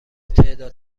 تعداد